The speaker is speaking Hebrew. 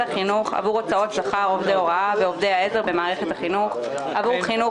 החינוך עבור הוצאות שכר עובדי הוראה ועובדי העזר במערכת החינוך עבור חינוך